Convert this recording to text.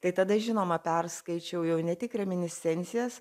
tai tada žinoma perskaičiau jau ne tik reminiscencijas